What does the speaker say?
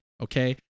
okay